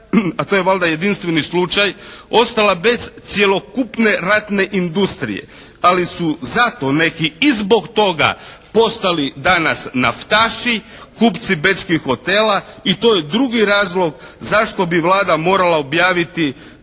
a to je valjda jedinstveni slučaj, ostala bez cjelokupne ratne industrije, ali su zato neki i zbog toga postali danas naftaši, kupci bečkih hotela i to je drugi razlog zašto bi Vlada morala objaviti